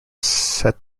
set